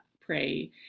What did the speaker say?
pray